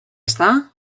ezta